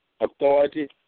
authority